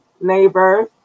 neighbors